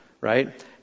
right